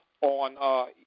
on